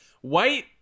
white